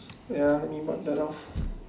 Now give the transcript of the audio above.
ya let me wipe that off